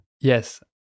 Yes